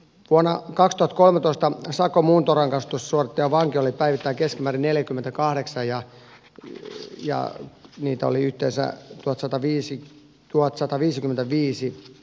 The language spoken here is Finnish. connah kausto kolmetoista sakon muuntorangaistusuon ja vanki oli päivittäin keskimäärin neljäkymmentäkahdeksan ja kyvyt ja mitalit tässä ottawa viisi tuhatsataviisikymmentäviisi